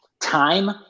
Time